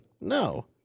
No